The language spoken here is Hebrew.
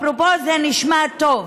אפרופו, זה נשמע טוב.